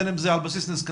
בין אם זה על בסיס נזקקות,